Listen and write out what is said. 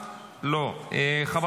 צריך לבחור,